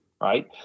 right